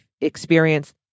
experience